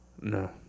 No